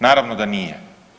Naravno da nije.